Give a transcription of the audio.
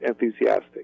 enthusiastic